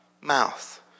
mouth